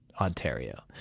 Ontario